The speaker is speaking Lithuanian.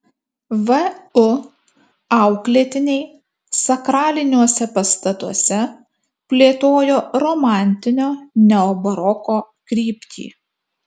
vu auklėtiniai sakraliniuose pastatuose plėtojo romantinio neobaroko kryptį